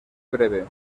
breve